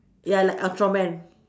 ya like ultraman